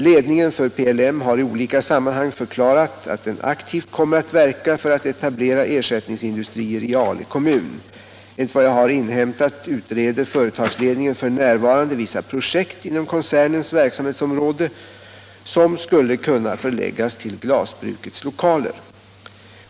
Ledningen för PLM har i olika sammanhang förklarat att den aktivt kommer att verka för att etablera ersättningsindustrier i Ale kommun. Enligt vad jag har inhämtat utreder företagsledningen f.n. vissa projekt inom koncernens verksamhetsområde som skulle kunna förläggas till glasbrukets lokaler.